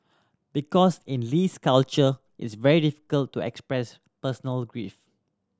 because in Lee's culture is very difficult to express personal grief